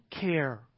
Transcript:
care